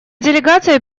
делегация